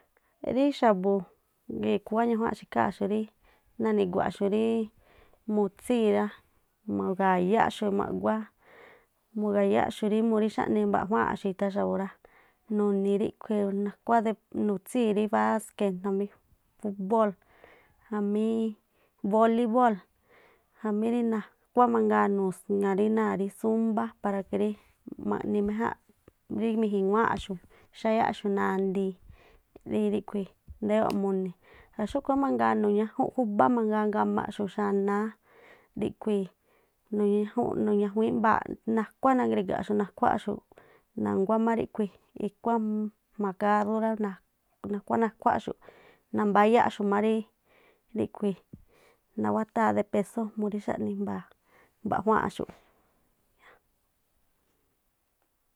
Rí xa̱bu̱ gii̱ khúwá ñajuanꞌxu̱ ikháa̱nꞌxu̱ rí nani̱gua̱xu̱ ríí mu̱tsíi̱n rá, mu̱ga̱yáꞌxu̱ ma̱ꞌguá, mu̱ga̱yáꞌxu̱ murí xáꞌni mba̱ꞌjuáa̱nꞌxu̱ꞌ itha xa̱bu̱ rá, nuní̱ ríꞌkhui̱ nakhuá de nutsíi̱n rí báské, fúbóo̱lꞌ jamí bolibol jamí rí nakuá mangaa nusŋa̱ rí náa̱ rí súmbá para maꞌni méjánꞌ rí miji̱wáa̱nꞌxu̱, xáyáꞌxu̱ nandii rí riꞌkhui̱ ndayoo̱ꞌ mu̱ni̱. Ngaa̱ xúꞌkhui̱ má mangaa nu̱ñajun júbá mangaa ngamaꞌ xu̱ꞌ xanáá ríkhui̱ nuñajunꞌ nu̱ajuíínꞌ mbaaꞌ nakuá nangrigaꞌxu̱ nakhuáxu̱ꞌ nanguá má ríꞌkhui̱ ikuá má jma̱a karú rá, nakuá nakhuáꞌxu̱ꞌ nambáyáꞌxu̱ má rí nawátáá de pésó murí xáꞌni jmbaa̱ mba̱juáa̱nꞌxu̱ꞌ.